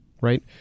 right